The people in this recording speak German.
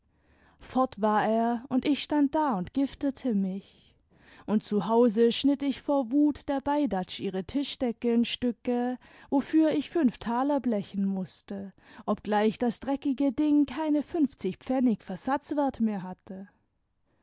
fort war er und ich stand da und giftete mich und zu hause schnitt ich vor wut der beidatsch ihre tischdecke in stücke wofür ich fünf taler blechen mußte obgleich das dreckige ding keine fünfzig pfennig versatzwert mehr hatte